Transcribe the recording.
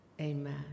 Amen